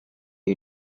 you